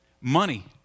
money